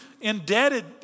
indebted